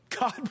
God